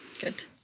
good